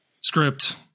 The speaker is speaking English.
script